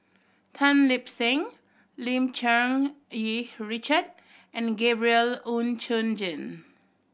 Tan Lip Seng Lim Cherng Yih Richard and Gabriel Oon Chong Jin